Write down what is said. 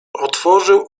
otworzył